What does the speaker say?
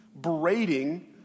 berating